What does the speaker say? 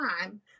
time